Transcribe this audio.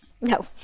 No